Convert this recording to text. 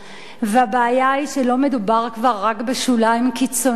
והבעיה היא שלא מדובר כבר רק בשוליים קיצוניים,